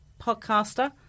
podcaster